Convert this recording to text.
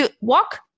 walk